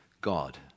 God